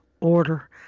order